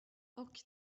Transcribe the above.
och